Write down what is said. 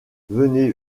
venez